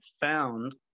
found